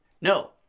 No